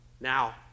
Now